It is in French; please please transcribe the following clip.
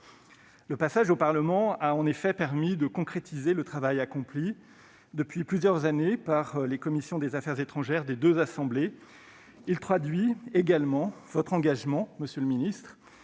Le passage au Parlement a en effet permis de concrétiser le travail accompli depuis plusieurs années par les commissions des affaires étrangères des deux assemblées. Il traduit également votre engagement, monsieur le ministre,